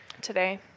today